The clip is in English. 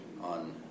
on